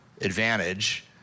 advantage